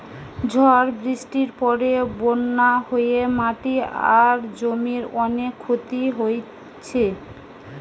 ঝড় বৃষ্টির পরে বন্যা হয়ে মাটি আর জমির অনেক ক্ষতি হইছে